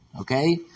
Okay